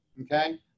okay